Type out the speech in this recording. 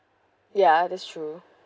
ya that's true